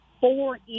four